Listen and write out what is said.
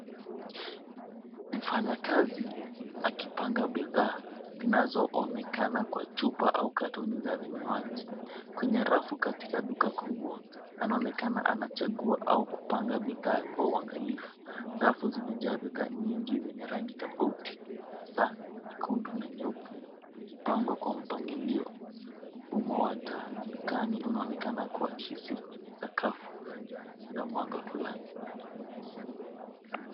Mfanyakazi akipanga bidhaa zinazoonekana kwa chupa au katoni za vinywaji. Kwenye rafu katika duka kubwa, anaonekana anachagua au kupanga bidhaa kwa uangalifu. Rafu zimejaa bidhaa nyingi zenye rangi tofauti hasa nyekundu na nyeupe zikipangwa kwa mpangilio. Mfumo wa taa dukani unaonekana kuakisi kwenye sakafu na kuunda mwanga fulani.